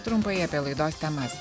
trumpai apie laidos temas